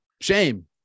Shame